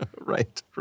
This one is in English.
Right